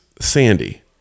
Sandy